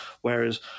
Whereas